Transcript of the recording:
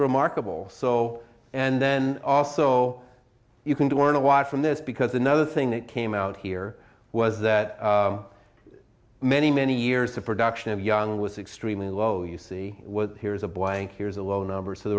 remarkable so and then also you can do one to watch from this because another thing that came out here was that many many years of production of young was extremely low you see what here's a blank here's a low number so the